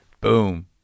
Boom